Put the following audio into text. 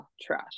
Trash